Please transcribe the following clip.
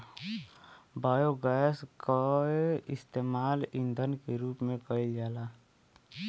biogas के इस्तेमाल ईधन के रूप में कईल जाला